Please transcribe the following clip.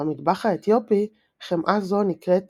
במטבח האתיופי, חמאה זו נקראת